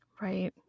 Right